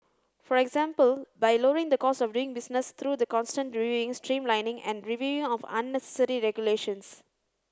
for example by lowering the cost of doing business through the constant reviewing streamlining and reviewing of unnecessary regulations